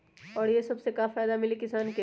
और ये से का फायदा मिली किसान के?